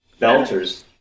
Belters